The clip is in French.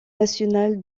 national